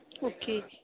okay